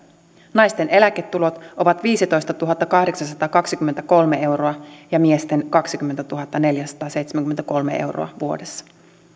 naisten eläketulot ovat viisitoistatuhattakahdeksansataakaksikymmentäkolme euroa ja miesten kaksikymmentätuhattaneljäsataaseitsemänkymmentäkolme euroa vuodessa